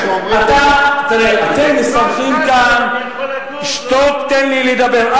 תראה, אתם מסתמכים כאן, שתוק, תן לי לדבר.